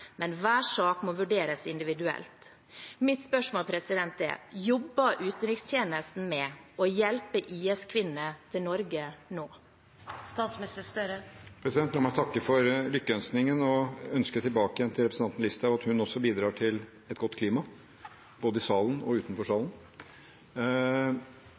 men at hver sak må vurderes individuelt. Mitt spørsmål er: Jobber utenrikstjenesten med å hjelpe IS-kvinnene hjem til Norge nå? La meg takke for lykkeønskningen og ønske tilbake til representanten Listhaug at hun også bidrar til et godt klima, både i salen og utenfor